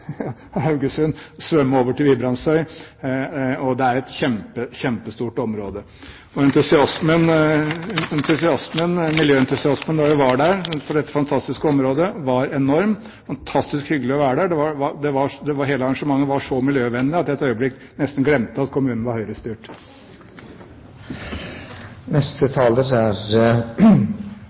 svømme over til Vibrandsøy, og det er et kjempestort område. Miljøentusiasmen da vi var i dette fantastiske området, var enorm. Det var fantastisk hyggelig å være der. Hele arrangementet var så miljøvennlig at jeg et øyeblikk nesten glemte at kommunen